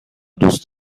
دوست